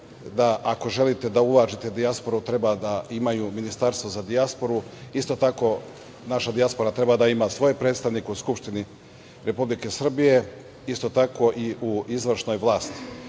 ako želite da ulažete u dijasporu, treba da imaju ministarstvo za dijasporu. Isto tako naša dijaspora treba da ima svoje predstavnike u Skupštini Republike Srbije. Isto tako i u izvršnoj vlasti,